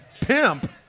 Pimp